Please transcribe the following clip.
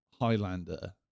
Highlander